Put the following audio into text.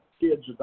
kids